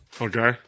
Okay